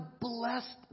blessed